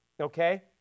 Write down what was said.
Okay